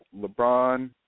LeBron